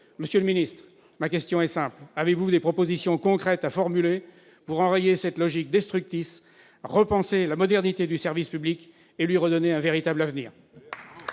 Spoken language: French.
territoriaux ? Ma question est simple : avez-vous des propositions concrètes à formuler pour enrayer cette logique destructrice, repenser la modernité du service public et lui redonner un véritable avenir ?